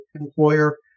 employer